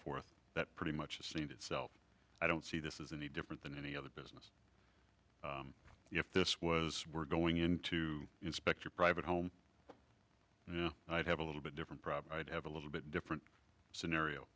forth that pretty much the scene itself i don't see this is any different than any other business if this was were going in to inspect your private home i'd have a little bit different problem i'd have a little bit different scenario